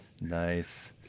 Nice